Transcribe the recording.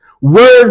Words